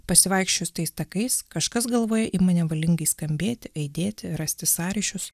pasivaikščiojus tais takais kažkas galvoje ima nevalingai skambėti aidėti rasti sąryšius